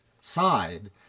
side